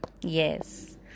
Yes